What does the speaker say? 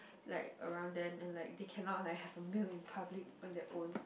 like around them and like they cannot like have a meal in public on their own